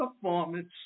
performance